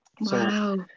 Wow